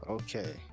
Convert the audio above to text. Okay